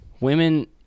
women